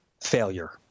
failure